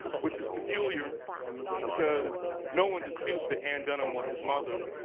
which is peculiar because no one disputes the ann dunham was his mother.